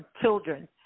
children